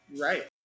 Right